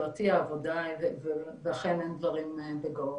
ואכן אין דברים בגו,